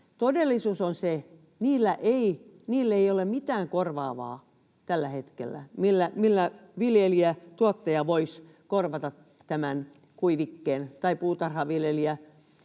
Todellisuus on se, että niille ei ole mitään korvaavaa tällä hetkellä, millä viljelijä, tuottaja voisi korvata tämän kuivikkeen tai puutarhaviljelijä